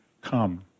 come